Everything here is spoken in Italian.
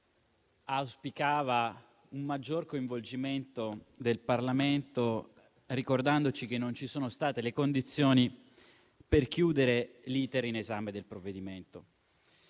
che auspicava un maggior coinvolgimento del Parlamento ricordandoci che non ci sono state le condizioni per chiudere l'*iter* in Commissione del provvedimento